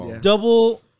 Double